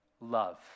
love